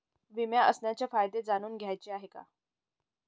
विमा असण्याचे फायदे जाणून घ्यायचे आहे